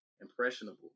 impressionable